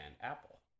apple